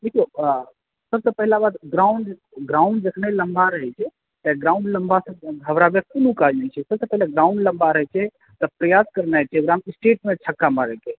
देखियौ सब सॅं पहिला बात ग्राउंड ग्राउंड जेतने लम्बा रहै छै तऽ ग्राउंड लम्बा सॅं घबराबैक कोनो काज नहि छै सब सॅं पहिले ग्राउंड लंबा रहै छै तऽ प्रयास करनाइ छै छक्का मारै के